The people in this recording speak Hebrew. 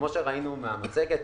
כפי שראינו במצגת,